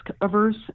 averse